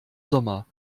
sommer